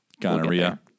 Gonorrhea